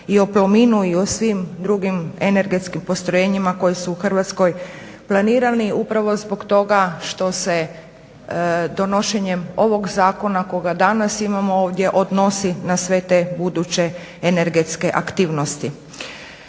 i o Plominu i o svim drugim energetskim postrojenjima koji su u Hrvatskoj planirani upravo zbog toga što se donošenjem ovog zakona koga danas imamo ovdje odnosi na sve te buduće energetske aktivnosti.